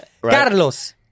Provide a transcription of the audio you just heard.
Carlos